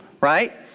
right